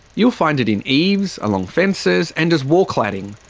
you'll find it in eaves, along fences, and as wall cladding.